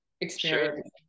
experience